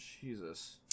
Jesus